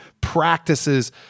practices